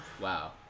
Wow